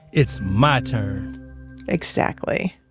it's my turn exactly.